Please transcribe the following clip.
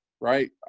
right